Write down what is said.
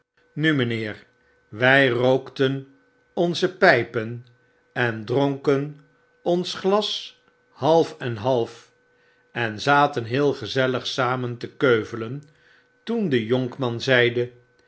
nu mynheer wy rookten onze pypen en dronken ons glas half en half en zaten heel gezellig samen te keuvelen toen de jonkman zeide